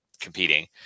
competing